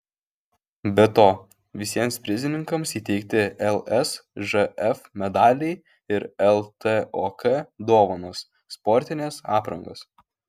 be to visiems prizininkams įteikti lsžf medaliai ir ltok dovanos sportinės aprangos